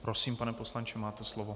Prosím, pane poslanče, máte slovo.